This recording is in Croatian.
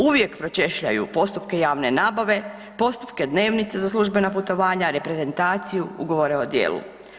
Uvijek pročešljaju postupke javne nabave, postupke dnevnica za službena putovanja, reprezentaciju, ugovore o djelu.